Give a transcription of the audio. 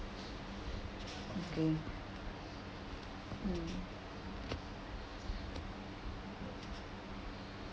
okay mm